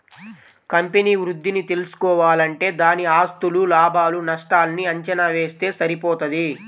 company వృద్ధిని తెల్సుకోవాలంటే దాని ఆస్తులు, లాభాలు నష్టాల్ని అంచనా వేస్తె సరిపోతది